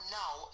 now